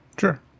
Sure